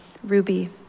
Ruby